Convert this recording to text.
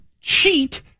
cheat